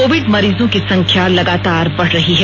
Covid मरीजों की संख्या फिर से बढ़ रही है